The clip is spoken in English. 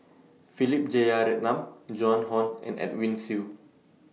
Philip Jeyaretnam Joan Hon and Edwin Siew